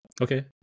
Okay